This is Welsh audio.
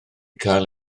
cael